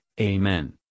amen